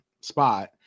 spot